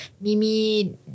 Mimi